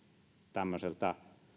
tämmöiseltä